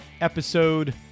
episode